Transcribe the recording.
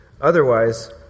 Otherwise